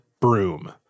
broom